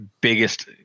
biggest